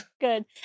Good